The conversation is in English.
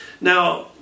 Now